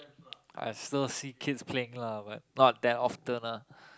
I still see kids playing lah but not that often ah